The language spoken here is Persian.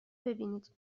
ببینید